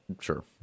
Sure